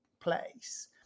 place